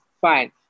fine